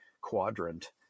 quadrant